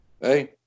hey